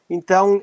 Então